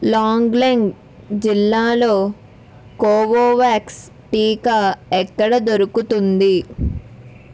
లాంగ్లెంగ్ జిల్లాలో కోవోవాక్స్ టీకా ఎక్కడ దొరుకుతుంది